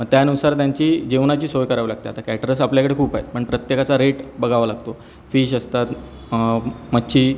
मग त्यानुसार त्यांची जेवणाची सोय करावी लागते आता कॅटरर्स आपल्याकडे खूप आहेत पण प्रत्येकाचा रेट बघावा लागतो फिश असतात मच्छी